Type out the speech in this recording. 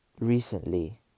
recently